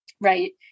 right